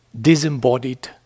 disembodied